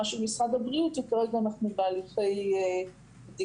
של משרד הבריאות וכרגע אנחנו בהליכי בדיקה.